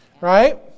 Right